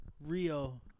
Rio